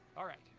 alright.